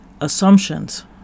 assumptions